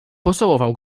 pocałował